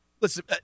listen